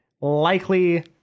likely